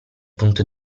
punto